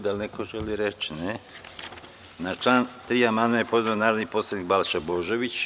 Da li neko želi reč? (Ne) Na član 3. amandman je podneo narodni poslanik Balša Božović.